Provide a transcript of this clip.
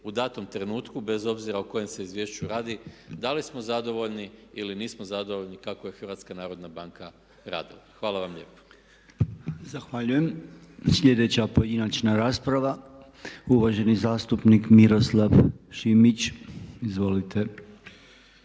u danom trenutku bez obzira o kojem se izvješću radi da li smo zadovoljni ili nismo zadovoljni kako je HNB radila. Hvala vam lijepo. **Podolnjak, Robert (MOST)** Zahvaljujem. Sljedeća pojedinačna rasprava uvaženi zastupnik Miroslav Šimić. Izvolite.